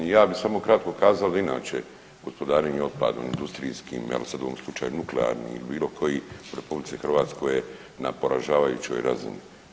Ja bi samo kratko kazao da inače gospodarenje otpadom industrijskim jel sad u ovom slučaju nuklearnim il bilo koji RH je na poražavajućoj razini.